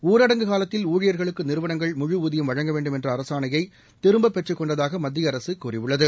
ஊரடங்கு காலத்தில் ஊழியர்களுக்கு நிறுவனங்கள் முழு ஊதியம் வழங்க வேண்டும் என்ற அரசாணையை திரும்பப் பெற்றுக் கொண்டதாக மத்திய அரசு கூறியுள்ளது